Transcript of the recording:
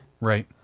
Right